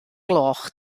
gloch